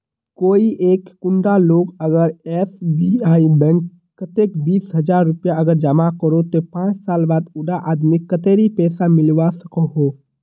कोई एक कुंडा लोग अगर एस.बी.आई बैंक कतेक बीस हजार रुपया अगर जमा करो ते पाँच साल बाद उडा आदमीक कतेरी पैसा मिलवा सकोहो?